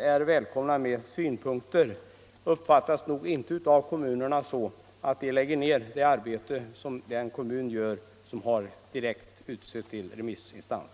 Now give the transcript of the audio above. är välkomna med synpunkter uppfattas nog inte av kommunerna så att de lägger ned lika mycket arbete som de kommuner gör som har direkt utsetts till remissinstanser.